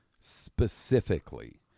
specifically